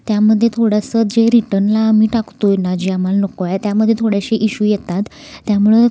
त्यामध्ये थोडंसं जे रिटर्नला आम्ही टाकतो आहे ना जे आम्हाला नको आहे त्यामध्ये थोड्याशे इश्यू येतात त्यामुळं